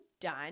done